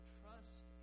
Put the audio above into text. trust